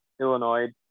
illinois